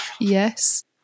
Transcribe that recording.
Yes